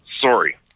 sorry